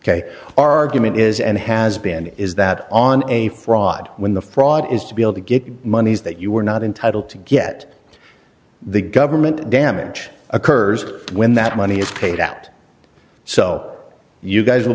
our argument is and has been is that on a fraud when the fraud is to be able to get monies that you were not entitled to get the government damage occurs when that money is paid out so you guys will